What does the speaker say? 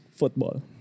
Football